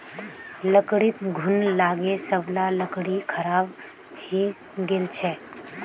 लकड़ीत घुन लागे सब ला लकड़ी खराब हइ गेल छेक